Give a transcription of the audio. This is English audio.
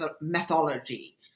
methodology